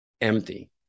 empty